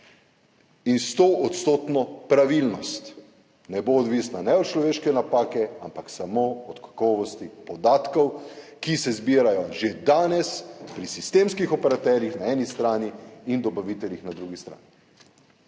in 100-odstotno pravilnost. Ne bo odvisna od človeške napake, ampak samo od kakovosti podatkov, ki se zbirajo že danes pri sistemskih operaterjih na eni strani in dobaviteljih na drugi strani.